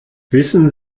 wissen